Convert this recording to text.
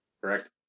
Correct